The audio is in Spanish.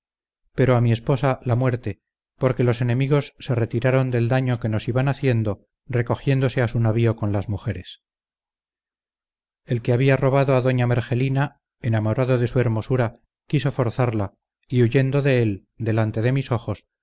pero a mi esposa la muerte porque los enemigos se retiraron del daño que nos iban haciendo recogiéndose a su navío con las mujeres el que había robado a doña mergelina enamorado de su hermosura quiso forzarla y huyendo de él delante de mis ojos